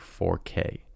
4K